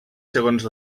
segons